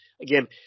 Again